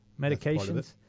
medications